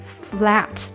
flat